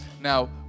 Now